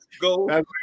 go